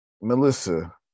Melissa